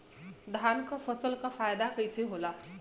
धान क फसल क फायदा कईसे होला?